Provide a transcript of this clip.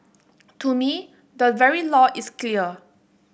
to me the very law is clear